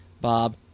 Bob